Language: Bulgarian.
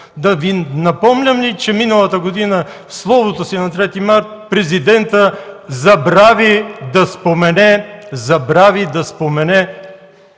Да Ви напомням ли, че миналата година в словото си на Трети март президентът забрави да спомене, забрави да спомене